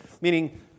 meaning